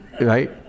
right